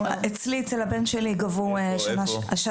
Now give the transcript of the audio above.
אצלי, אצל הבן שלי, גבו השנה,